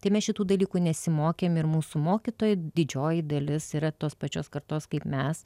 tai mes šitų dalykų nesimokėm ir mūsų mokytojai didžioji dalis yra tos pačios kartos kaip mes